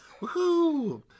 Woohoo